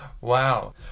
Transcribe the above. Wow